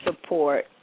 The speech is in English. support